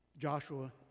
Joshua